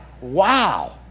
wow